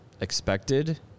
expected